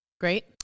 Great